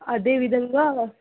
అదే విధంగా